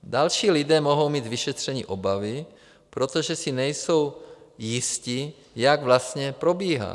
Další lidé mohou mít z vyšetření obavy, protože si nejsou jisti, jak vlastně probíhá.